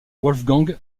wolfgang